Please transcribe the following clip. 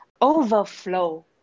overflow